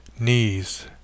knees